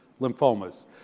lymphomas